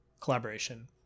collaboration